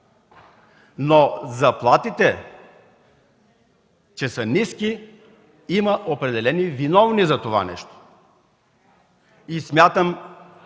но заплатите, че са ниски, има определени виновни за това нещо. Смятам,